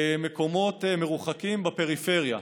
למקומות מרוחקים בפריפריה.